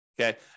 Okay